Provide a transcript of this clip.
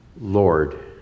Lord